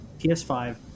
ps5